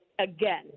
again